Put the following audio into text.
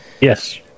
Yes